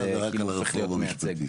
וזה הופך להיות כאילו מייצג.